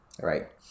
right